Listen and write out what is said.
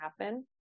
happen